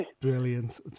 Brilliant